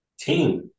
team